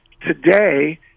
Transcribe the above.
today